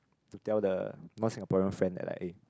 to tell the non Singapore friend that like eh